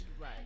Right